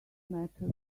matter